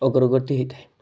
ଅଗ୍ରଗତି ହେଇଥାଏ